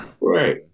right